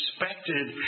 expected